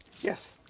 Yes